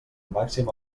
màxim